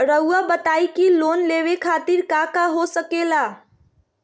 रउआ बताई की लोन लेवे खातिर काका हो सके ला?